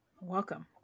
Welcome